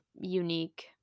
unique